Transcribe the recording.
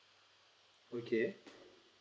okay